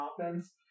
offense